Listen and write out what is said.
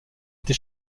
été